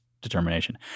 determination